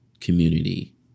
community